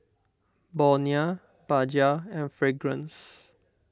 Bonia Bajaj and Fragrance